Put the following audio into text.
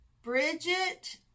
Bridget